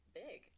big